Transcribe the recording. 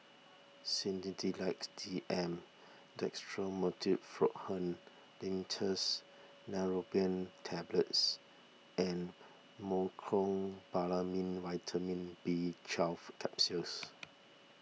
Sedilix D M Dextromethorphan Linctus Neurobion Tablets and Mecobalamin Vitamin B Twelve Capsules